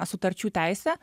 sutarčių teisė